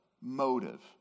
motive